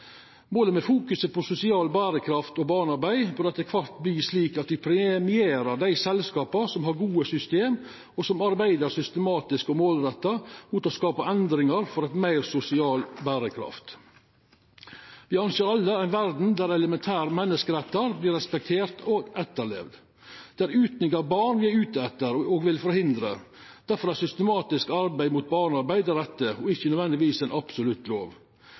Målet med fokuset på sosial berekraft og barnearbeid bør etter kvart verta slik at me premierer dei selskapa som har gode system, og som arbeider systematisk og målretta med å skapa endringar for meir sosial berekraft. Me ønskjer alle ei verd der elementære menneskerettar vert respekterte og etterlevde. Det er utnyttinga av barn me er ute etter og vil forhindra. Derfor er systematisk arbeid mot barnearbeid det rette, ikkje nødvendigvis ei absolutt lov.